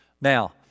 Now